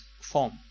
form